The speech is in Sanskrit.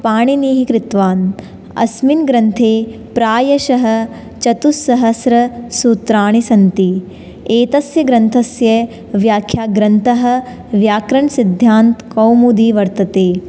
पाणिनिः कृतवान् अस्मिन् ग्रन्थे प्रायशः चतुस्सहस्रसूत्राणि सन्ति एतस्य ग्रन्थस्य व्याख्याग्रन्थः व्याकरणसिद्धान्तकौमुदी वर्तते